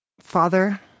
Father